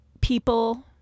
people